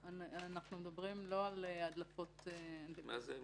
אנחנו מדברים לא על הדלפות -- מה זאת אומרת?